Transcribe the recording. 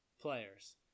players